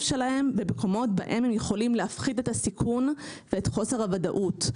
שלהם במקומות בהם הם יכולים להפחית את הסיכון ואת חוסר הוודאות.